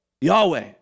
Yahweh